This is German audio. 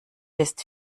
ist